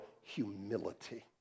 humility